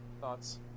thoughts